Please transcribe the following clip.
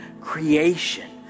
creation